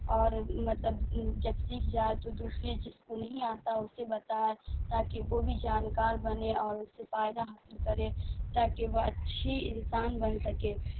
اور مطلب جب سیکھ جائے تو دوسرے جس کو نہیں آتا اسے بتائے تاکہ وہ بھی جانکار بنے اور اس سے فائدہ حاصل کرے تاکہ وہ اچھی انسان بن سکے